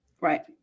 Right